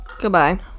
Goodbye